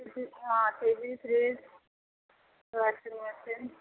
ହଁ TV fridge washing machine